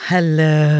Hello